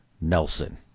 Nelson